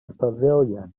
pavilion